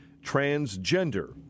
transgender